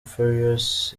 farious